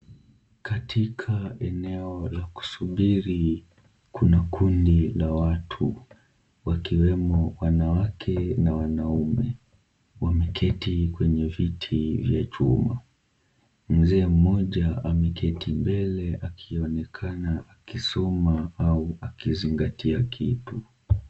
Katika eneo la kusubiri kuna kundi la watu, wakiwemo wanawake na wanaume wameketi kwenye viti vya chuma. Mzee mmoja ameketi mbele akionekana akisoma au akizingatia kitu.